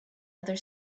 other